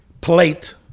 plate